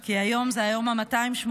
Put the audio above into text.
כי היום זה היום ה-286,